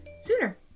sooner